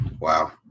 wow